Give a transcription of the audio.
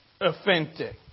authentic